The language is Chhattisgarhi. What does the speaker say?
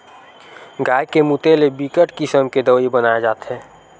गाय के मूते ले बिकट किसम के दवई बनाए जाथे